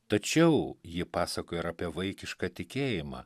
tačiau ji pasakoja ir apie vaikišką tikėjimą